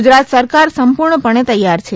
ગુજરાત સરકાર સંપૂર્ણ પણે તૈયાર છે